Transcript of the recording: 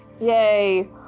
Yay